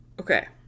Okay